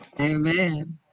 Amen